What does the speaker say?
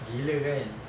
gila kan